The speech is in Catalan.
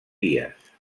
dies